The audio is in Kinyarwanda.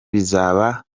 bizaba